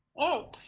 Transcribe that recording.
oh,